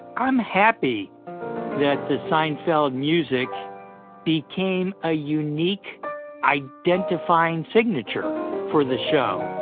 i'm happy that the seinfeld music became a unique identifying signature for the show.